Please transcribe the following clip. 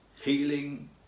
healing